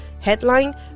headline